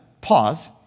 pause